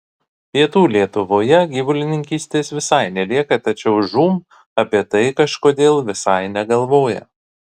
pietų lietuvoje gyvulininkystės visai nelieka tačiau žūm apie tai kažkodėl visai negalvoja